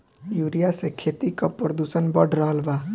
urea से खेती क प्रदूषण बढ़ रहल बा